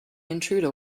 intruder